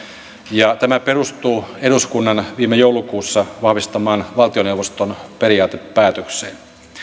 ja tämä perustuu eduskunnan viime joulukuussa vahvistamaan valtioneuvoston periaatepäätökseen